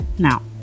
Now